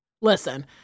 Listen